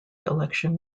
election